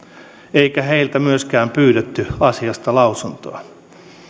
eikä heiltä myöskään pyydetty asiasta lausuntoa